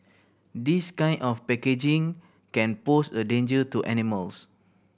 this kind of packaging can pose a danger to animals